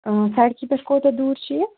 آ سڑکہِ پٮ۪ٹھ کوتاہ دوٗر چھِ یہِ